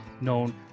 known